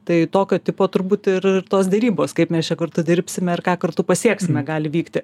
tai tokio tipo turbūt ir ir tos derybos kaip mes čia kartu dirbsime ar ką kartu pasieksime gali vykti